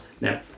now